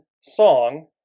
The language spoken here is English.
song